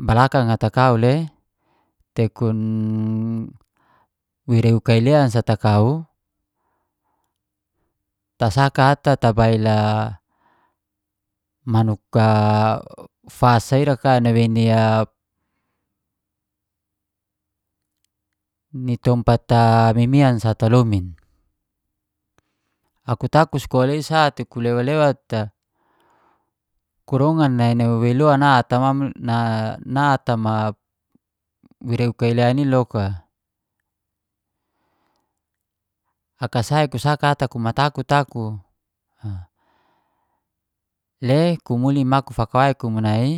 balakang ata kau le tekun wereu kai lean sa ata kau tasaka ata tabail manuk fasa ira kan nawei ni ni tompat mimian ata lomin. Aku ta skola i sate kulewat-lewat a kurongan nai naweweluan ata na ata wereu kai len iloka. Fakasai ku saka ata kumatakut aku, le kumuli mau ku fakawai kumu nai